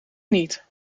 niet